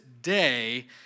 day